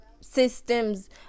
systems